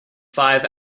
five